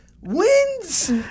wins